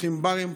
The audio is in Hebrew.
פותחים ברים,